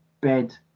bed